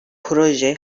proje